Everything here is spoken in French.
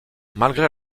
malgré